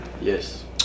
yes